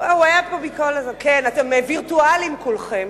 אתם וירטואליים כולכם.